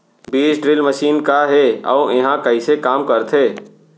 बीज drill machine का हे अऊ एहा कइसे काम करथे?